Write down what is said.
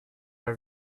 are